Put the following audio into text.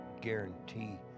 guarantee